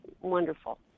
wonderful